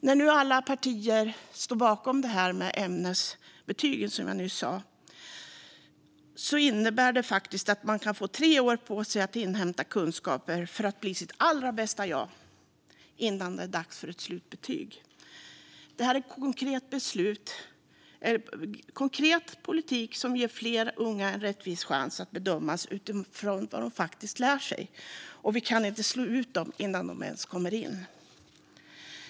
Att alla partier nu står bakom att vi ska införa ämnesbetyg är en stor förbättring som innebär att man faktiskt kommer att få tre år på sig att inhämta kunskaper för att bli sitt allra bästa jag innan det är dags att få sitt slutbetyg. Detta är konkret politik som ger fler unga en rättvis chans att bedömas utifrån vad de faktiskt lärt sig i gymnasiet. De kan inte slås ut innan de ens har kommit in.